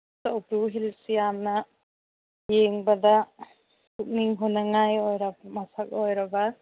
ꯀꯧꯕ꯭ꯔꯨ hills ꯌꯥꯝꯅ ꯌꯦꯡꯕꯗ ꯄꯨꯛꯅꯤꯡ ꯍꯨꯅꯤꯡꯉꯥꯏ ꯑꯣꯏꯔ ꯃꯁꯛ ꯑꯣꯏꯔꯕ